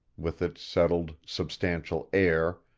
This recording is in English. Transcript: with its settled, substantial air,